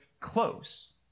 close